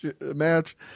match